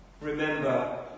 remember